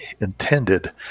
intended